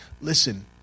Listen